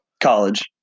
college